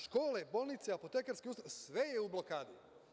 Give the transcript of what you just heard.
Škole, bolnice, apotekarske ustanove, sve je u blokadi.